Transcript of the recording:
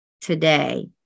today